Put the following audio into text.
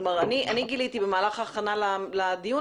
כלומר אני גיליתי במהלך ההכנה לדיון